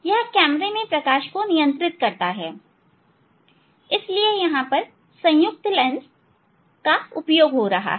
यह कैमरे में प्रकाश को नियंत्रित करता है इसलिए यहां संयुक्त लेंस हैं